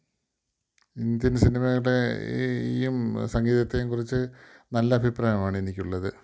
Indian സിനിമയുടെ ഈ സംഗീതത്തേയും കുറിച്ച് നല്ല അഭിപ്രായമാണ് എനിക്കുള്ളത്